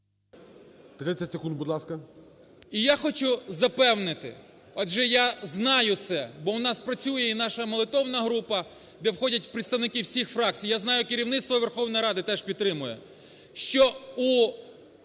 30 секунд, будь ласка.